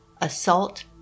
assault